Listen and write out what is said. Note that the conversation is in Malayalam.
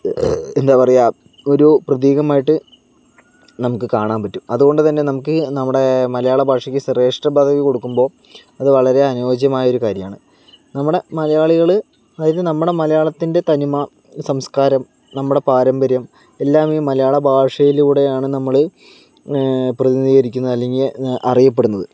എന്താ പറയുക ഒരു പ്രതീകമായിട്ട് നമുക്ക് കാണാൻ പറ്റും അതുകൊണ്ട് തന്നെ നമുക്ക് നമ്മുടെ മലയാള ഭാഷയ്ക്ക് ശ്രേഷ്ഠ പദവി കൊടുക്കുമ്പോൾ അത് വളരെ അനുയോജ്യമായ ഒരു കാര്യമാണ് നമ്മുടെ മലയാളികള് അതായത് നമ്മുടെ മലയാളത്തിൻ്റെ തനിമ സംസ്കാരം നമ്മുടെ പാരമ്പര്യം എല്ലാമീ മലയാള ഭാഷയിലൂടെയാണ് നമ്മള് പ്രതിനിധീകരിക്കുന്നത് അല്ലെങ്കിൽ അറിയപ്പെടുന്നത്